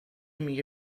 میگه